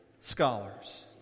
scholars